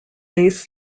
base